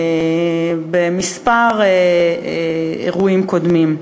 בכמה אירועים קודמים.